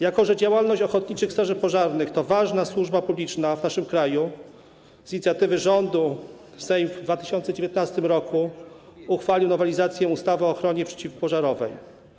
Jako że działalność ochotniczych straży pożarnych to ważna służba publiczna w naszym kraju, z inicjatywy rządu Sejm w 2019 r. uchwalił nowelizację ustawy o ochronie przeciwpożarowej.